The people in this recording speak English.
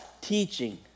teaching